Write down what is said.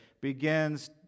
begins